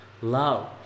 love